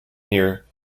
near